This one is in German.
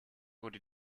wurde